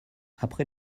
après